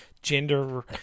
gender